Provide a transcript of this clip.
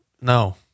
No